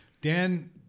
Dan